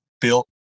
built